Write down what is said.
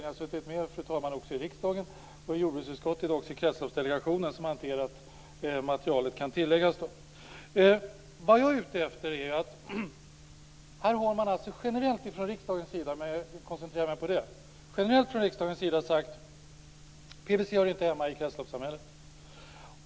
Jag har, fru talman, också suttit i riksdagen, i jordbruksutskottet och i Här har man generellt från riksdagens sida sagt att PVC inte hör hemma i kretsloppssamhället.